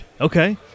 Okay